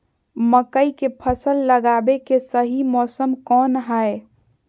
मकई के फसल लगावे के सही मौसम कौन हाय?